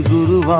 Guru